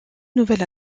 nouvel